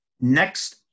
next